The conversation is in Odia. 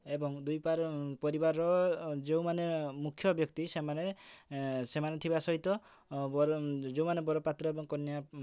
ଏବଂ ଦୁଇ ପରିବାର ଯେଉଁମାନେ ମୁଖ୍ୟ ବ୍ୟକ୍ତି ସେମାନେ ସେମାନେ ଥିବା ସହିତ ଯେଉଁମାନେ ବର ପାତ୍ର ଏବଂ କନ୍ୟା